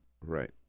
right